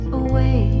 away